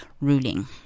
ruling